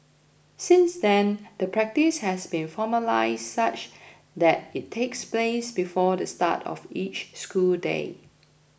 since then the practice has been formalised such that it takes place before the start of each school day